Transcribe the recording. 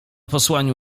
posłaniu